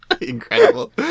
incredible